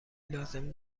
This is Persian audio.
لازم